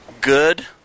Good